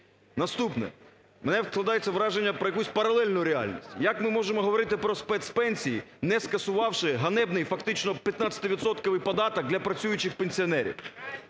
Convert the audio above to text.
Наступне, у мене складається враження про якусь "паралельну реальність": як ми можемо говорити про спецпенсії, не скасувавши ганебний, фактично, 15-відсотковий податок для працюючих пенсіонерів?